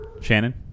Shannon